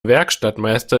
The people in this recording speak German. werkstattmeister